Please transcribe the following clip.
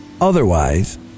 Otherwise